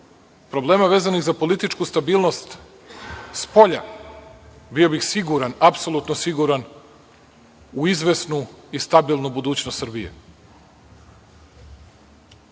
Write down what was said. problema vezanih za političku stabilnost spolja, bio bih siguran, apsolutno siguran u izvesnu i stabilnu budućnost